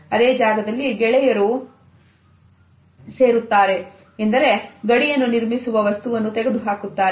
ಅದೇ ಜಾಗದಲ್ಲಿ ಗೆಳೆಯರು ಸೇರುತ್ತಾರೆ ಎಂದರೆ ಗಡಿಯನ್ನು ನಿರ್ಮಿಸುವ ವಸ್ತುವನ್ನು ತೆಗೆದು ಹಾಕುತ್ತಾರೆ